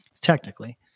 technically